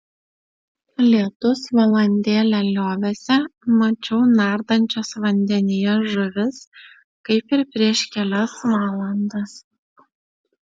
lietus valandėlę liovėsi mačiau nardančias vandenyje žuvis kaip ir prieš kelias valandas